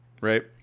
right